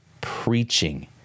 preaching